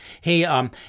hey